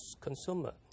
consumer